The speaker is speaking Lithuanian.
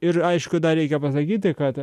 ir aišku dar reikia pasakyti kad